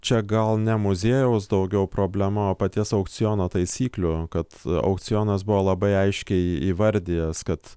čia gal ne muziejaus daugiau problema o paties aukciono taisyklių kad aukcionas buvo labai aiškiai į įvardijęs kad